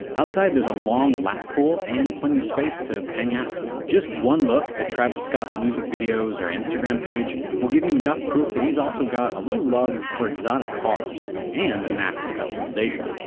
outside, there's a long lap pool and plenty of space to hang out. just one look at travis scott's music videos or instagram page will give you enough proof that he's also got a little love for exotic cars, and a knack for customization.